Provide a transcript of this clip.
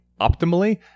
optimally